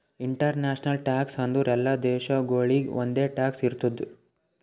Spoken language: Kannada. ಇಂಟರ್ನ್ಯಾಷನಲ್ ಟ್ಯಾಕ್ಸ್ ಅಂದುರ್ ಎಲ್ಲಾ ದೇಶಾಗೊಳಿಗ್ ಒಂದೆ ಟ್ಯಾಕ್ಸ್ ಇರ್ತುದ್